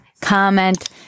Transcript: comment